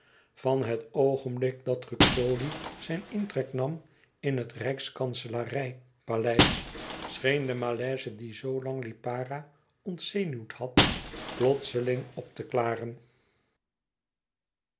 van het oogenblik dat ruxodi zijn intrek nam in het rijkskanselarij paleis scheen de malaise die zoo lang lipara ontzenuwd had plotseling op te klaren